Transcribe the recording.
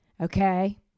Okay